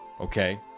okay